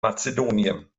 mazedonien